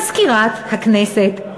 מזכירת הכנסת,